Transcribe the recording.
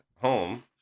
home